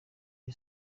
rya